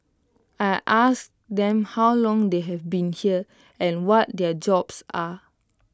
I asked them how long they have been here and what their jobs are